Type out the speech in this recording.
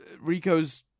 Rico's